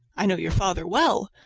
i know your father well.